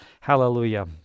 Hallelujah